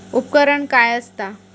उपकरण काय असता?